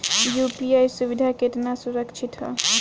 UPI सुविधा केतना सुरक्षित ह?